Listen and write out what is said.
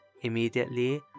immediately